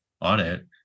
audit